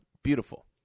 Beautiful